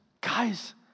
guys